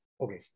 Okay